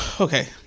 Okay